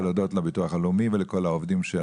להודות לביטוח הלאומי ולכל העובדים שעסקו בזה.